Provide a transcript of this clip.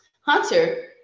hunter